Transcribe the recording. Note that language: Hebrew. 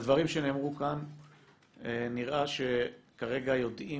מהדברים שנאמרו כאן נראה שכרגע יודעים